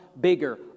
bigger